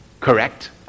correct